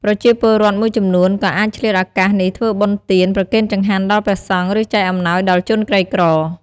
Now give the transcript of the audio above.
ប្រជាពលរដ្ឋមួយចំនួនក៏អាចឆ្លៀតឱកាសនេះធ្វើបុណ្យទាន ប្រគេនចង្ហាន់ដល់ព្រះសង្ឃ ឬចែកអំណោយដល់ជនក្រីក្រ។